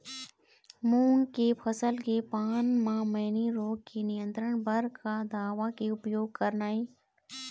मूंग के फसल के पान म मैनी रोग के नियंत्रण बर का दवा के उपयोग करना ये?